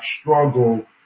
struggle